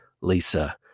Lisa